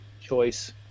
choice